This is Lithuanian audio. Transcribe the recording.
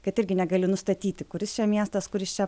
kad irgi negali nustatyti kuris čia miestas kuris čia